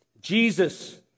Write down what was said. Jesus